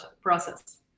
process